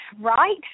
right